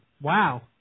Wow